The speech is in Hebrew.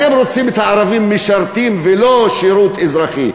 אתם רוצים את הערבים משרתים, ולא שירות אזרחי.